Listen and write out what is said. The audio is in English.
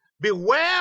Beware